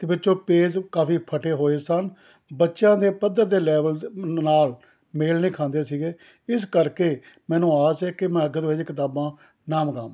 ਦੇ ਵਿੱਚੋਂ ਪੇਜ਼ ਕਾਫੀ ਫਟੇ ਹੋਏ ਸਨ ਬੱਚਿਆਂ ਦੇ ਪੱਧਰ ਦੇ ਲੈਵਲ ਨਾਲ ਮੇਲ ਨਹੀਂ ਖਾਂਦੇ ਸੀਗੇ ਇਸ ਕਰਕੇ ਮੈਨੂੰ ਆਸ ਹੈ ਕਿ ਮੈਂ ਅੱਗੇ ਤੋਂ ਇਹੋ ਜਿਹੀਆਂ ਕਿਤਾਬਾਂ ਨਾ ਮੰਗਾਵਾਂ